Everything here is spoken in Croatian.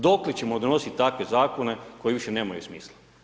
Dokle ćemo donositi takve Zakone koji više nemaju smisla?